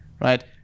right